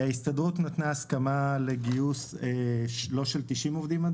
ההסתדרות נתנה הסכמה לגיוס לא של 90 עובדים.